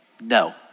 No